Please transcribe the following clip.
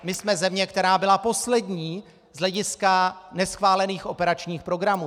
My jsme země, která byla poslední z hlediska neschválených operačních programů.